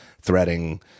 threading